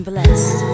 Blessed